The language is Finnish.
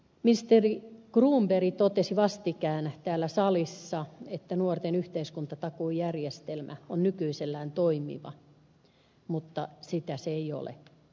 ministeri cronberg totesi vastikään täällä salissa että nuorten yhteiskuntatakuujärjestelmä on nykyisellään toimiva mutta sitä se ei ole